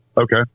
Okay